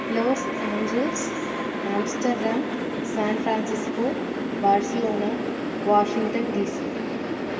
loss Angeles Amsterdam San Francisco Barcelona Washington D C